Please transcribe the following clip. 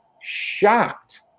shocked